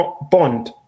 bond